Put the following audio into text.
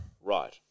right